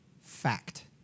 fact